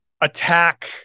attack